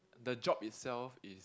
the job itself is